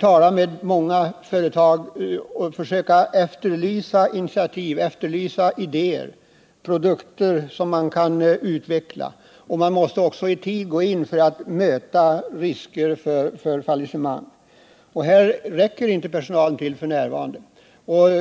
tala med många företagare och efterlysa initiativ och idéer till produkter som kan utvecklas. Man måste också i tid gå in för att möta risker för fallissemang. Här räcker personalen f. n. inte till.